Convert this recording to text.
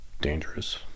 dangerous